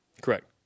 Correct